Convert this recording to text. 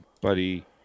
Buddy